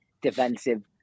defensive